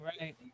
Right